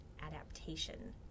adaptation